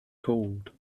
called